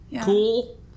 Cool